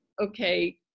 okay